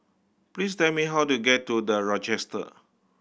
please tell me how to get to The Rochester